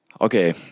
Okay